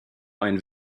ein